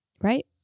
Right